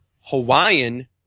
Hawaiian